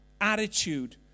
attitude